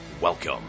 Welcome